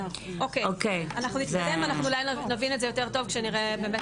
אנחנו נתקדם ואנחנו אולי נבין את זה יותר טוב כשנראה באמת